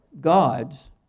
God's